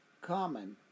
common